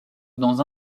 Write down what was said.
dans